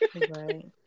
Right